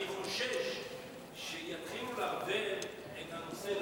אני חושש שיתחילו לערבב את הנושא,